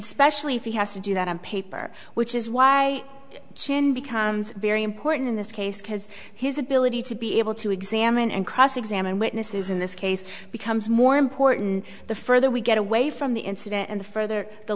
specially if he has to do that on paper which is why becomes very important in this case because his ability to be able to examine and cross examine witnesses in this case becomes more important the further we get away from the incident and the further the